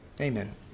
amen